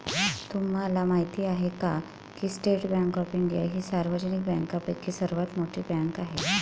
तुम्हाला माहिती आहे का की स्टेट बँक ऑफ इंडिया ही सार्वजनिक बँकांपैकी सर्वात मोठी बँक आहे